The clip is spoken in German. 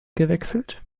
gewechselt